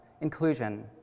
inclusion